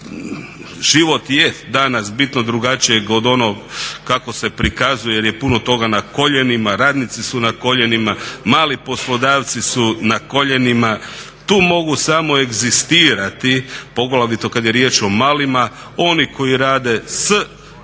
Život je danas bitno drugačiji od onog kako se prikazuje jer je puno toga na koljenima, radnici su na koljenima, mali poslodavci su na koljenima. Tu mogu samo egzistirati, poglavito kada je riječ o malima oni koji rade s